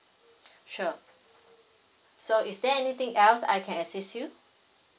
sure so is there anything else I can assist you